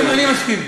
אני מסכים.